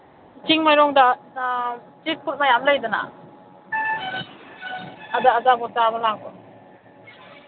ꯆꯤꯡꯃꯩꯔꯣꯡꯗ street food ꯃꯌꯥꯝ ꯂꯩꯗꯅ ꯑꯗ ꯑꯆꯥꯄꯣꯠ ꯆꯥꯕ ꯂꯥꯛꯄ